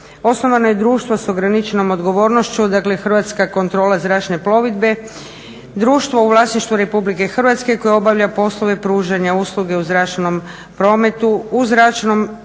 osnovano je društvo s ograničenom odgovornošću, dakle Hrvatska kontrole zračne plovidbe, društvo u vlasništvu Republike Hrvatske koje obavlja poslove pružanja usluge u zračnom prometu, u zračnom